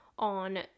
on